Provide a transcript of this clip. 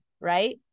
right